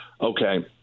okay